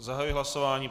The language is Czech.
Zahajuji hlasování.